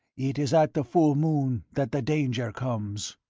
it is at the full moon that the danger comes.